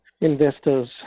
investors